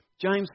James